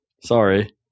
Sorry